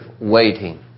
waiting